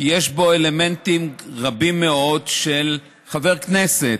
כי יש בו אלמנטים רבים מאוד של חבר כנסת.